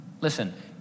Listen